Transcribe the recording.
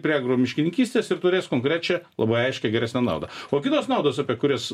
prie miškininkystės ir turės konkrečią labai aiškią geresnę naudą o kitos naudos apie kurias